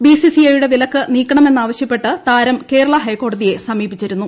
B C C I യുടെ വിലക്ക് നീക്കണമെന്ന് ആവശ്യപ്പെട്ട് താരം കേരള ഹൈക്കോടതിയെ സമീപിച്ചിരുന്നു